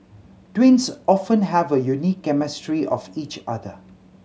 twins often have a unique chemistry of each other